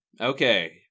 Okay